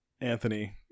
Anthony